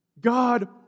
God